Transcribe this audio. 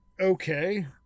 okay